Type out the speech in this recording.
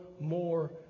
more